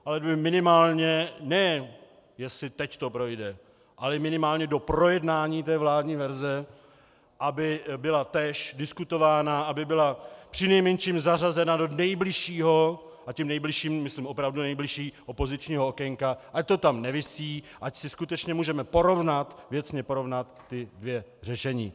Ale minimálně ne jestli teď to projde, ale minimálně do projednání té vládní verze, aby byla též diskutována, aby byla přinejmenším zařazena do nejbližšího a tím nejbližším myslím opravdu nejbližšího opozičního okénka, ať to tam nevisí, ať si skutečně můžeme porovnat, věcně porovnat, ta dvě řešení.